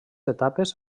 etapes